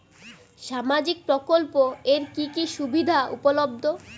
সামাজিক প্রকল্প এর কি কি সুবিধা উপলব্ধ?